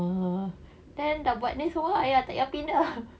ah then dah buat ni semua !aiya! tak payah pindah